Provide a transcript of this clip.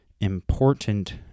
important